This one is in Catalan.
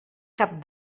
cap